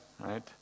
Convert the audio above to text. right